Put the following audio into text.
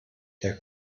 der